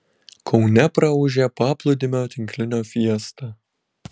kaune praūžė paplūdimio tinklinio fiesta